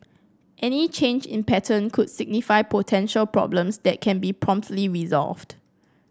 any change in pattern could signify potential problems that can be promptly resolved